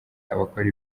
abakora